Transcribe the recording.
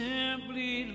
Simply